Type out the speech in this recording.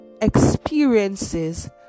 experiences